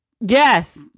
Yes